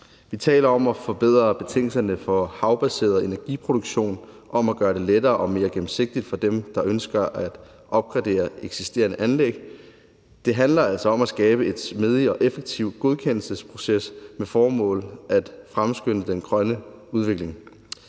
Vi taler om at forbedre betingelserne for havbaseret energiproduktion og om at gøre det lettere og mere gennemsigtigt for dem, der ønsker at opgradere eksisterende anlæg. Det handler altså om at skabe en smidig og effektiv godkendelsesproces med det formål at fremskynde den grønne udvikling.